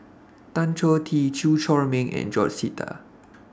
Tan Choh Tee Chew Chor Meng and George Sita